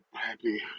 Happy